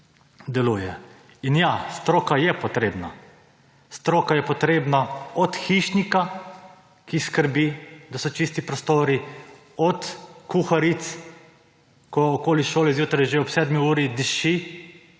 deluje. In ja, stroka je potrebna. Stroka je potrebna od hišnika, ki skrbi da so čisti prostori od kuharic, ko okoli šole zjutraj že ob sedmi uri diši,